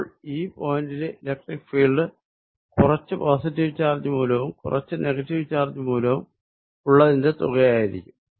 അപ്പോൾ ഈ പോയിന്റിലെ ഇലക്ട്രിക്ക് ഫീൽഡ് കുറച്ച് പോസിറ്റീവ് ചാർജ് മൂലവും കുറച്ച് നെഗറ്റീവ് ചാർജ് മൂലവും ഉള്ളതിന്റെ തുകയായിരിക്കും